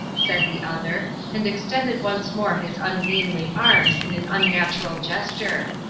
said the other, and extended once more his ungainly arms in an unnatural gesture.